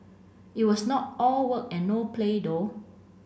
it was not all work and no play though